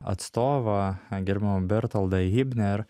atstovą gerbiamą bertoldą hibner